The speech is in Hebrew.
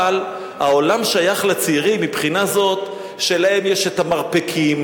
אבל העולם שייך לצעירים מבחינה זו שלהם יש המרפקים,